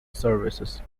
services